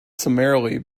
summarily